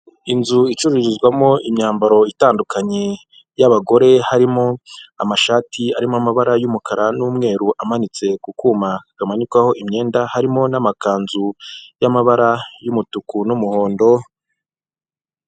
Inzu icururizwamo imyambaro itandukanye y'abagore harimo amashati arimo amabara y'umukara n'umweru amanitse ku kuma kamanikwaho imyenda, harimo n'amakanzu y'amabara y'umutuku n'umuhondo.